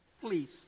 please